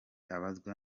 abazwa